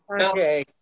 Okay